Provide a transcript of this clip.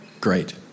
Great